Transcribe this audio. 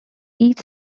each